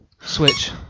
Switch